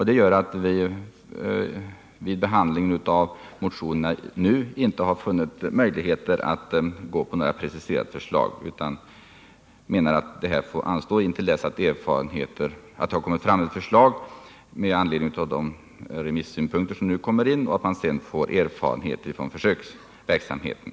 Därför har vi vid behandlingen av motionerna nu inte funnit möjigheter att tillstyrka några preciserade förslag. Vi menar att detta får anstå tills det utarbetats ett förslag som tar hänsyn till de remissynpunkter som nu kommer in och tills man fått erfarenheter av försöksverksamheten.